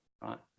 right